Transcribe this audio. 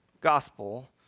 gospel